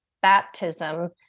baptism